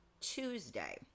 Tuesday